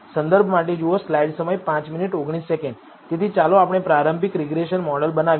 તેથી ચાલો આપણે પ્રારંભિક રીગ્રેસન મોડેલ બનાવીએ